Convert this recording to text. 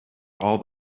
all